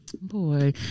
boy